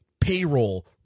payroll